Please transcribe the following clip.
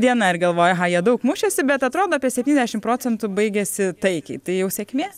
diena ir galvoji aha jie daug mušėsi bet atrodo apie septyniasdešim procentų baigėsi taikiai tai jau sėkmės